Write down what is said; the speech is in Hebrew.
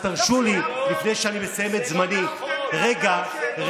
אז תרשו לי, לפני שאני מסיים את זמני, רגע,